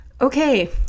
Okay